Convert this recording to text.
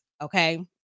okay